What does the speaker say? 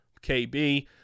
KB